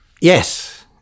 Yes